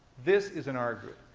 this is an r group.